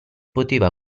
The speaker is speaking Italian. poteva